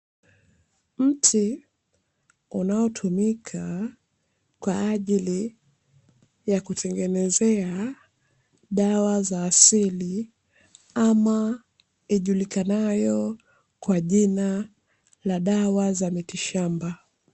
Mti unaotumika kwa ajili ya kutengenezea dawa za asili ama ijulikanayo kwa jina la dawa za mitishamba.